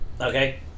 Okay